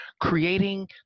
creating